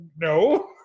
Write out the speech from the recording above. no